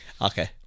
okay